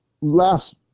last